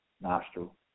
nostril